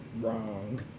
Wrong